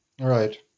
Right